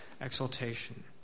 exaltation